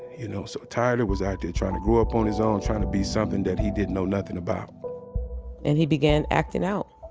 you know so tyler was trying to grow up on his own, trying to be something that he didn't know nothing about and he began acting out.